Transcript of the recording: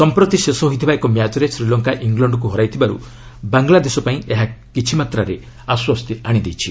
ସମ୍ପ୍ରତି ଶେଷ ହୋଇଥିବା ଏକ ମ୍ୟାଚ୍ରେ ଶ୍ରୀଲଙ୍କା ଇଂଲଣ୍ଡକୁ ହରାଇଥିବାରୁ ବାଂଲାଦେଶ ପାଇଁ ଏହା କିଛି ମାତ୍ରାରେ ଆଶ୍ୱସ୍ତି ଆଣିଦେଇଛି